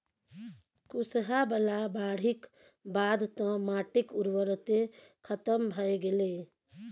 कुसहा बला बाढ़िक बाद तँ माटिक उर्वरते खतम भए गेलै